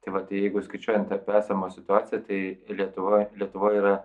tai vat jeigu skaičiuojant apie esamą situaciją tai lietuva lietuvoj yra